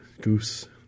Goose